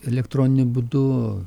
elektroniniu būdu